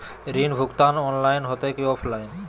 ऋण भुगतान ऑनलाइन होते की ऑफलाइन?